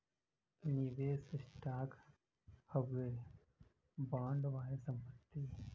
निवेस स्टॉक ह वाहे बॉन्ड, वाहे संपत्ति